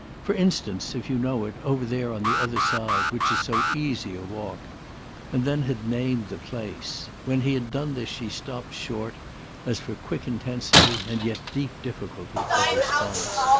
for instance, if you know it, over there on the other side, which is so easy a walk and then had named the place when he had done this she stopped short as for quick intensity, and yet deep difficulty, of response.